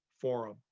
forum